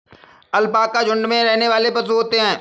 alpaca झुण्ड में रहने वाले पशु होते है